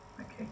Okay